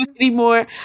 anymore